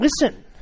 Listen